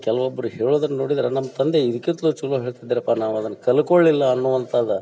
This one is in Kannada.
ಕೆಲವೊಬ್ರು ಹೇಳೋದನ್ನು ನೋಡಿದರೆ ನಮ್ಮ ತಂದೆ ಇದಕ್ಕಿಂತ್ಲೂ ಚಲೋ ಹೇಳ್ತಿದ್ದರಪ್ಪ ನಾವು ಅದನ್ನು ಕಲ್ತ್ಕೊಳ್ಲಿಲ್ಲ ಅನ್ನೋವಂಥದ್ದು